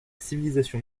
civilisation